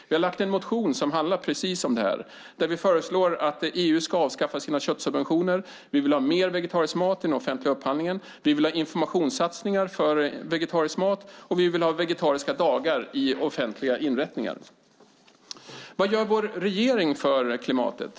Vi har lagt fram en motion som handlar om detta, där vi föreslår att EU ska avskaffa sina köttsubventioner, vi vill ha mer vegetariskt i den offentliga upphandlingen, vi vill ha informationssatsningar vad gäller vegetarisk mat och vegetariska dagar i offentliga inrättningar. Vad gör då vår regering för klimatet?